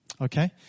Okay